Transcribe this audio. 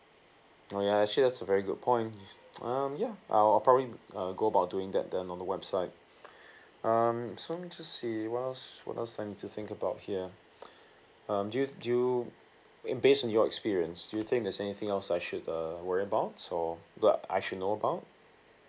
oh ya actually that's a very good point um yeah I'll I'll probably err go about doing that then on the website um so I'm just to see what else what else I need to think about here um do you do you based on your experience do you think there's anything else I should uh worry about or uh I should know about